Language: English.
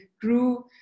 grew